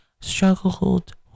struggled